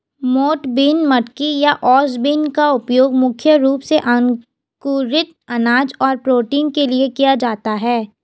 मोठ बीन, मटकी या ओस बीन का उपयोग मुख्य रूप से अंकुरित अनाज और प्रोटीन के लिए किया जाता है